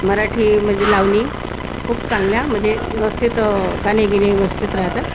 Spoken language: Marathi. मराठीमध्ये लावणी खूप चांगल्या म्हणजे व्यवस्थित गाणे गिने व्यवस्थित राहतात